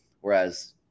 Whereas